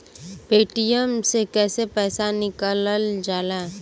Paytm से कैसे पैसा निकलल जाला?